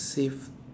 safe